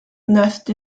nest